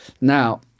Now